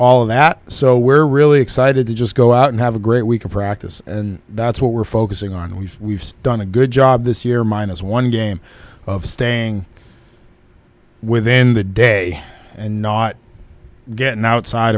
all of that so we're really excited to just go out and have a great week of practice and that's what we're focusing on we we've stunna good job this year minus one game staying within the day and not getting outside